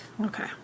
okay